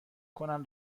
کنم